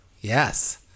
Yes